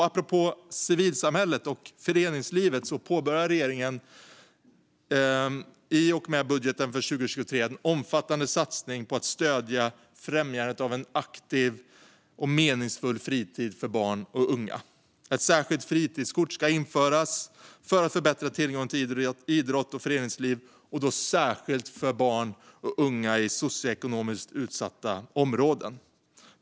Apropå civilsamhället och föreningslivet påbörjar regeringen i och med budgeten för 2023 en omfattande satsning på att stödja främjandet av en aktiv och meningsfull fritid för barn och unga. Ett särskilt fritidskort ska införas för att förbättra tillgången till idrott och föreningsliv, särskilt för barn och unga i socioekonomiskt utsatta områden.